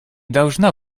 должна